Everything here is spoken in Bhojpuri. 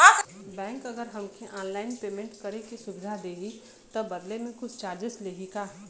बैंक अगर हमके ऑनलाइन पेयमेंट करे के सुविधा देही त बदले में कुछ चार्जेस लेही का?